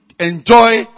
enjoy